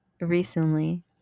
recently